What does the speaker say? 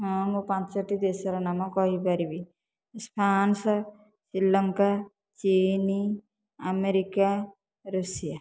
ହଁ ମୁଁ ପାଞ୍ଚଟି ଦେଶର ନାମ କହିପାରିବି ଫ୍ରାନ୍ସ ଶ୍ରୀଲଙ୍କା ଚୀନ୍ ଆମେରିକା ଋଷିଆ